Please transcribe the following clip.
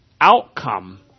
outcome